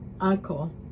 uncle